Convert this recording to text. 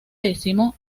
dirigió